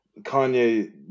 Kanye